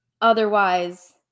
Otherwise